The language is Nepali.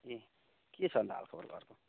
ए के छ अन्त हालखबर घरको